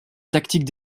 tactiques